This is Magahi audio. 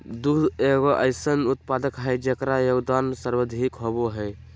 दुग्ध एगो अइसन उत्पाद हइ जेकर योगदान सर्वाधिक होबो हइ